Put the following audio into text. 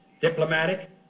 diplomatic